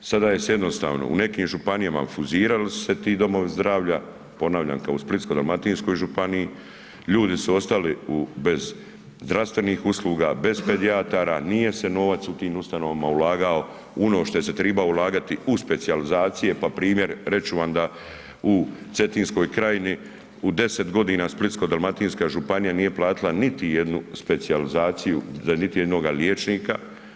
Sada je jednostavno u nekim županijama fuzirali su se ti domovi zdravlja, ponavljam kao u Splitsko-dalmatinskoj županiji, ljudi su ostali bez zdravstvenih usluga, bez pedijatara, nije se novac u tim ustanovama ulagao u ono u što je se tribao ulagati u specijalizacije pa primjer reći ću vam da u Cetinskoj krajini u 10 godina Splitsko-dalmatinska županija nije platila niti jednu specijalizaciju za niti jednoga liječnika.